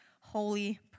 holy